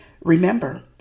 Remember